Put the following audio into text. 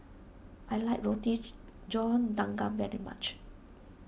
I like Rotige John Dagang very much